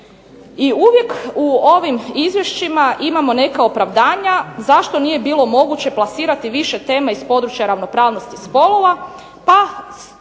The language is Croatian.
I uvijek u ovim Izvješćima imamo neka opravdanja zašto nije bilo moguće plasirati više tema iz područja ravnopravnosti spolova,